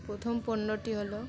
প্রথম পণ্যটি হলো